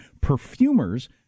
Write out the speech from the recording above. perfumers